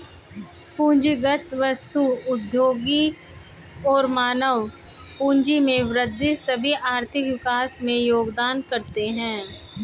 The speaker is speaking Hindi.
पूंजीगत वस्तु, प्रौद्योगिकी और मानव पूंजी में वृद्धि सभी आर्थिक विकास में योगदान करते है